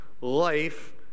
life